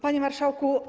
Panie Marszałku!